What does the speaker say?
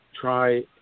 try